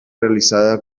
realizada